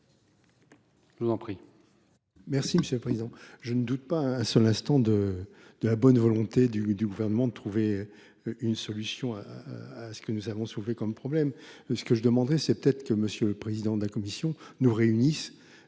Je vous en prie,